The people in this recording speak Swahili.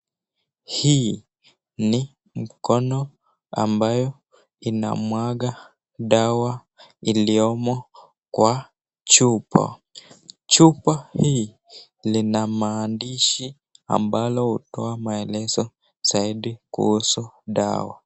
Hii ni mkono ambayo inamwaga dawa iliomo kwa chupa. Chupa hii lina maandishi ambalo hutoa maelezo zaidi kuhusu dawa.